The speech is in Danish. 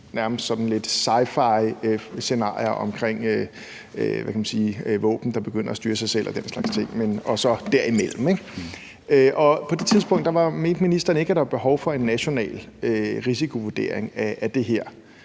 nærmest sci-fi-scenarier omkring, hvad kan man sige, våben, der begynder at styre sig selv, og den slags ting og så alt derimellem, og på det tidspunkt mente ministeren ikke, at der var behov for en national risikovurdering af det her,